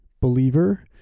believer